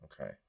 Okay